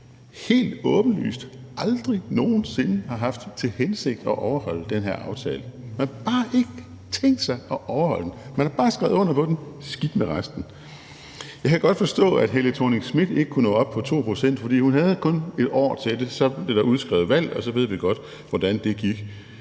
helt åbenlyst aldrig nogen sinde har haft til hensigt at overholde den her aftale. Man har bare ikke tænkt sig at overholde den, man har bare skrevet under på den, og skidt med resten. Jeg kan godt forstå, at Helle Thorning-Schmidt ikke kunne nå op på 2 pct., for hun havde kun et år til det, og så blev der udskrevet valg, og så ved vi godt, hvordan det gik